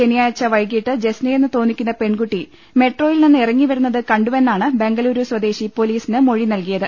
ശനിയാഴ്ച വൈകീട്ട് ജെസ്നയെന്ന് തോന്നിക്കുന്ന പെൺകുട്ടി മെട്രോയിൽ നിന്ന് ഇറങ്ങി വരുന്നത് കണ്ടുവെന്നാണ് ബെങ്കളൂരു സ്വദേശി പൊലീ സിന് മൊഴി നൽകിയത്